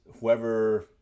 whoever